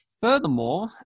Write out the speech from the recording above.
Furthermore